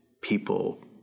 People